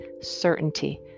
certainty